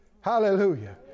Hallelujah